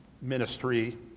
ministry